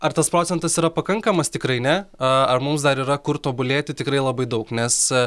ar tas procentas yra pakankamas tikrai ne a ar mums dar yra kur tobulėti tikrai labai daug nes